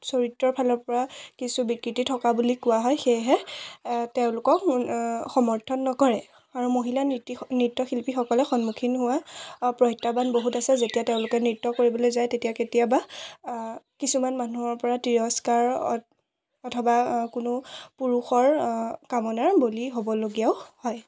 চৰিত্ৰৰ ফালৰ পৰা কিছু বিকৃতি থকা বুলি কোৱা হয় সেয়েহে তেওঁলোকক সমৰ্থন নকৰে আৰু মহিলা নীতি নৃত্যশিল্পীসকলে সন্মুখীন হোৱা প্ৰত্যাহ্বান বহুত আছে যেতিয়া তেওঁলোকে নৃত্য কৰিবলৈ যায় তেতিয়া কেতিয়াবা কিছুমান মানুহৰ পৰা তিৰস্কাৰ অ অথবা কোনো পুৰুষৰ কামনাৰ বলি হ'বলগীয়াও হয়